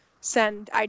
send